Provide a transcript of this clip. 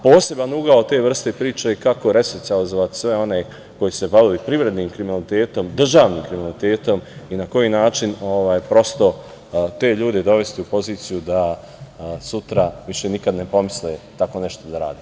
Poseban ugao te vrste priče je kako resocijalizovati sve one koji se bave privrednim kriminalitetom, državnim kriminalitetom i na koji način te ljude dovesti u poziciju da sutra više nikad ne pomisle tako nešto da rade.